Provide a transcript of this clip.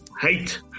hate